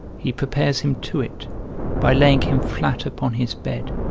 he prepares him to it by laying him flat upon his bed.